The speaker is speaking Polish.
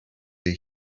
tej